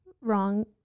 wrong